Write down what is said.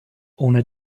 ohne